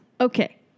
Okay